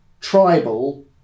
tribal